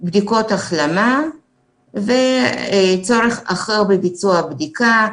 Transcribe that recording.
בדיקות החלמה וצורך בביצוע הבדיקה,